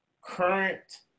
current